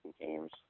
games